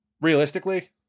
Realistically